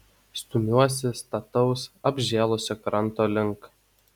stumiuosi stataus apžėlusio kranto link